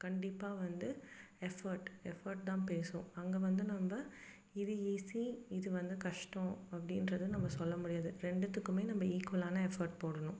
கண்டிப்பாக வந்து effort effort தான் பேசும் அங்கே வந்து நம்ம இது ஈஸி இது வந்து கஷ்டம் அப்படின்றத நம்ம சொல்ல முடியாது ரெண்டுத்துக்குமே நம்ம ஈக்குவலான எஃபர்ட் போடணும்